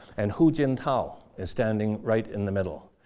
and hu jintao is standing right in the middle.